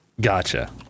Gotcha